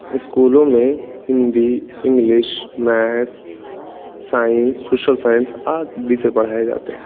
स्कूलों में Hindi English math science social science आदि विषय पढ़ाए जाते हैं